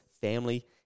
family